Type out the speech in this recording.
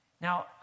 Now